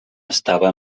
estava